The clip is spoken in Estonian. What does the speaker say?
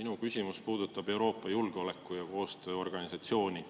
Minu küsimus puudutab Euroopa Julgeoleku- ja Koostööorganisatsiooni,